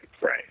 Right